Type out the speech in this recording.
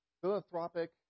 philanthropic